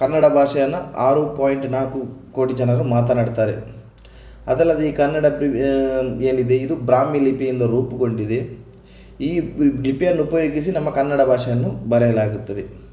ಕನ್ನಡ ಭಾಷೆಯನ್ನು ಆರು ಪಾಯಿಂಟ್ ನಾಲ್ಕು ಕೋಟಿ ಜನರು ಮಾತನಾಡ್ತಾರೆ ಅದಲ್ಲದೆ ಈ ಕನ್ನಡ ಏನಿದೆ ಇದು ಬ್ರಾಹ್ಮೀ ಲಿಪಿಯಿಂದ ರೂಪುಗೊಂಡಿದೆ ಈ ಲಿಪಿಯನ್ನು ಉಪಯೋಗಿಸಿ ನಮ್ಮ ಕನ್ನಡ ಭಾಷೆಯನ್ನು ಬರೆಯಲಾಗುತ್ತದೆ